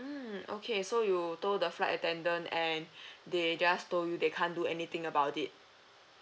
mm okay so you told the flight attendant and they just told you they can't do anything about it